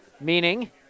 meaning